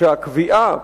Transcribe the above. שהקביעה